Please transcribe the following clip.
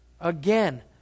Again